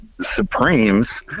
Supremes